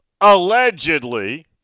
allegedly